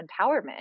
empowerment